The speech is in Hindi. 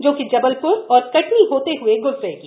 जो कि जबलप्र और कटनी होते हुए ग्जरेगी